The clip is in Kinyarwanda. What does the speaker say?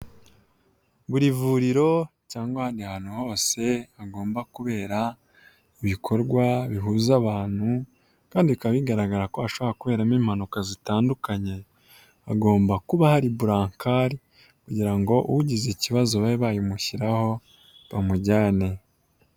Buri vuriro cyangwa ahandi hantu hose hagomba kubera ibikorwa bihuza abantu kandi bikaba bigaragara ko hashobora kuberamo impanuka zitandukanye, hagomba kuba hari bubankari kugira ngo ugize ikibazo babe bayimushyiraho, bamujyane.